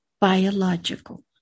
biological